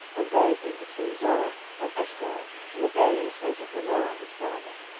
and buried him between zorah and eshtaol in the buryingplace of manoah his father.